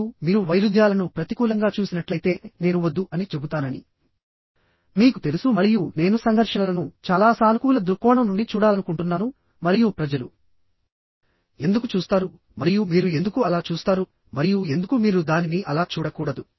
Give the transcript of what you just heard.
మరియు మీరు వైరుధ్యాలను ప్రతికూలంగా చూసినట్లయితే నేను వద్దు అని చెబుతానని మీకు తెలుసు మరియు నేను సంఘర్షణలను చాలా సానుకూల దృక్కోణం నుండి చూడాలనుకుంటున్నాను మరియు ప్రజలు ఎందుకు చూస్తారు మరియు మీరు ఎందుకు అలా చూస్తారు మరియు ఎందుకు మీరు దానిని అలా చూడకూడదు